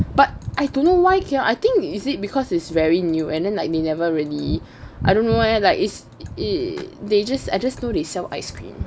but I don't know why cannot I think is it because it's very new and then like they never really I don't know leh like it's eh they just I just know they sell ice cream